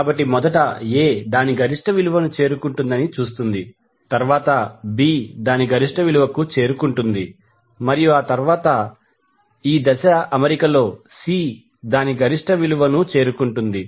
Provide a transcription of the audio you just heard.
కాబట్టి మొదట A దాని గరిష్ట విలువను చేరుకుంటుందని చూస్తుంది తరువాత B దాని గరిష్ట విలువకు చేరుకుంటుంది మరియు తరువాత ఈ దశ అమరికలో C దాని గరిష్ట విలువను చేరుకుంటుంది